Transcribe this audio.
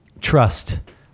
trust